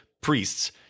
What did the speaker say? priests